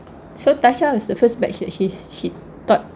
so tasha was the first batch that she thought